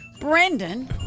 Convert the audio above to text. Brendan